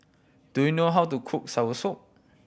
do you know how to cook soursop